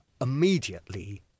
immediately